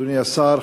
אדוני השר,